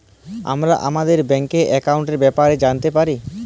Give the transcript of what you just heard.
আমরা আমাদের ব্যাংকের একাউলটের ব্যাপারে জালতে পারি